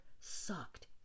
sucked